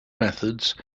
methods